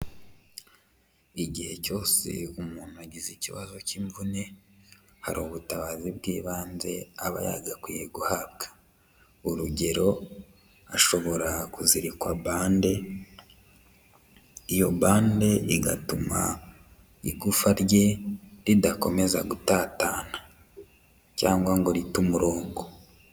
Igihe cyose umuntu agize ikibazo k'imvune hari ubutabazi bw'ibanze aba yagakwiye guhabwa. Urugero ashobora kuzirikwa bande, iyo bande igatuma igufwa rye ridakomeza gutatana cyangwa ngo rite umurongo.